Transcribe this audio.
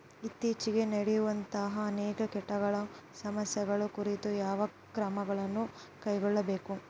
ಇತ್ತೇಚಿಗೆ ನಡೆಯುವಂತಹ ಅನೇಕ ಕೇಟಗಳ ಸಮಸ್ಯೆಗಳ ಕುರಿತು ಯಾವ ಕ್ರಮಗಳನ್ನು ಕೈಗೊಳ್ಳಬೇಕು?